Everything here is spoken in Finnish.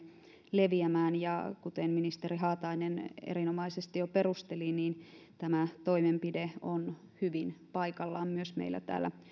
leviämään kuten ministeri haatainen erinomaisesti jo perusteli niin tämä toimenpide on hyvin paikallaan myös meillä täällä